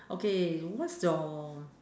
okay what's your